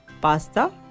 pasta